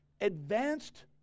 advanced